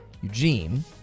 Eugene